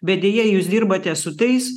bet deja jūs dirbate su tais